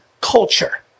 culture